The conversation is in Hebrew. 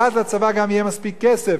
ואז לצבא גם יהיה מספיק כסף,